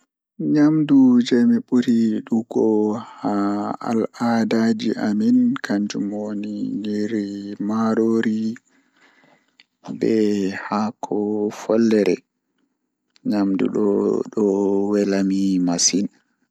Miɗo yiɗi ngurndanji boɗɗo waɗi e ɓiɓɓe mum ko haako e nyiri. Jeemol ɗum oɗo waɗi haako ngarii, jaɓɓoree ngari e nyiri waɗa e laawol geɗe ɗi. Ko woni haako ɗum ina waɗa haɗa sabu ɗum ina ɗo ngonɗiyaaji. Fura e nunu oɗon waɗi buɓɓe waɗi waɗo fura e laawol non. Himo haɗa laawol e fura tefnude jeemol majje tefnude waɗi saare e nguuraande ɗi.